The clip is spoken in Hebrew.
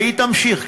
והיא תימשך,